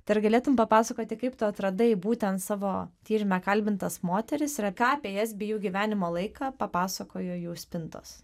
tai ar galėtum papasakoti kaip tu atradai būtent savo tyrime kalbintas moteris yra ką apie jas bei jų gyvenimo laiką papasakojo jų spintos